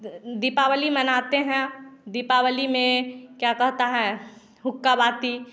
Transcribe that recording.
दीपावली मनाते हैं दीपावली में क्या कहता है हुक्का बाती